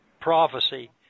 prophecy